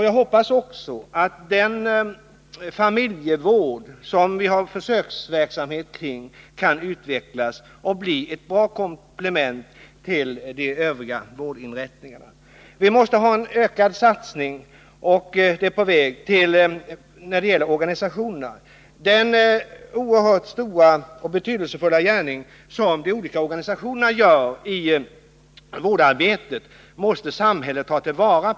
Jag hoppas också att familjevården, där försöksverksamhet pågår, skall utvecklas och bli ett bra komplement till de övriga vårdinrättningarna. Vi måste satsa mer på organisationerna. Det oerhört stora och betydelsefulla vårdarbete som organisationerna bedriver måste samhället ta till vara.